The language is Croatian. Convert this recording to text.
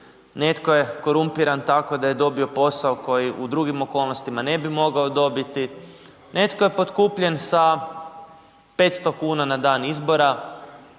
netko je korumpiran, tako da je dobio posao, koji u drugim okolnostima ne bi mogao dobiti, netko je potkupljen sa 500 kn na dan izbora,